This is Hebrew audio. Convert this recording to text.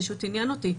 פשוט עניין אותי.